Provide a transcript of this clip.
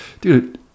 dude